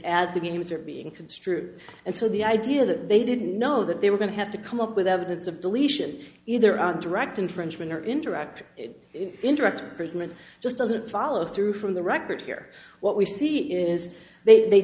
as the games are being construed and so the idea that they didn't know that they were going to have to come up with evidence of deletion either on direct infringement or interactive interactive freidman just doesn't follow through from the record here what we see is they